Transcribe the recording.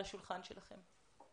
על השולחן שלכם.